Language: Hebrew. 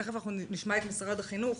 תיכף גם נשמע את משרד החינוך.